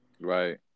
right